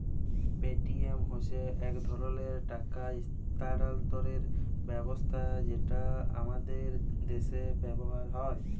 Paytm হছে ইক ধরলের টাকা ইস্থালাল্তরের ব্যবস্থা যেট আমাদের দ্যাশে ব্যাভার হ্যয়